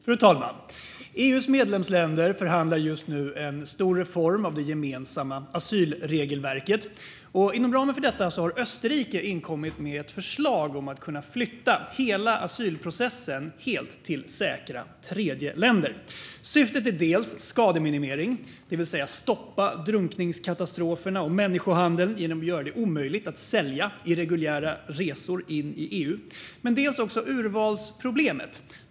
Fru talman! EU:s medlemsländer förhandlar just nu om en stor reform av det gemensamma asylregelverket. Inom ramen för detta har Österrike inkommit med ett förslag om att kunna flytta hela asylprocessen till säkra tredjeländer. Syftet är dels skademinimering, det vill säga att stoppa drunkningskatastroferna och människohandeln genom att göra det omöjligt att sälja irreguljära resor in i EU, dels att komma till rätta med urvalsproblemet.